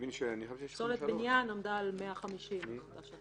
פסולת בניין עמדה על 150. סעיף 7(ז).